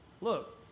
Look